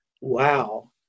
wow